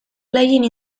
playing